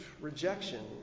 rejection